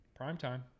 Primetime